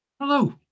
Hello